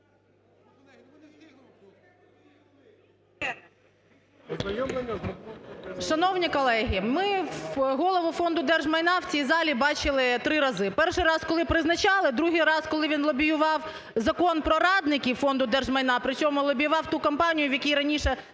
Шановні колеги, ми голову Фонду держмайна в цій залі бачили три рази. Перший раз, коли призначали, другий раз, коли він лобіював Закон про радників Фонду держмайна, причому лобіював ту компанію, в якій раніше